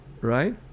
right